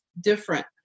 different